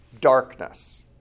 darkness